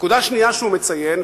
נקודה שנייה שהוא מציין,